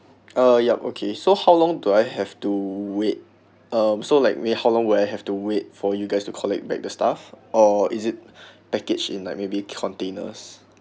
uh yup okay so how long do I have to wait um so like may how long will I have to wait for you guys to collect back the stuff or is it package in like maybe containers